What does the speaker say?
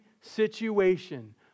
situation